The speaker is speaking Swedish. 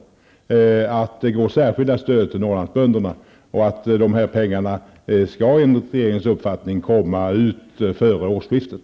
Det är alltså fråga om ett särskilt stöd till Norrlandsbönderna, och dessa pengar skall enligt regeringens uppfattning betalas ut före årsskiftet.